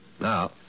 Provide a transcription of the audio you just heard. Now